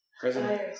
President